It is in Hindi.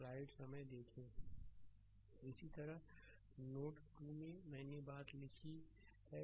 स्लाइड समय देखें 0406 इसी तरह नोड 2 में मैंने यह बातें लिखी हैं